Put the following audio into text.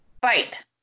fight